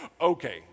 okay